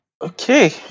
Okay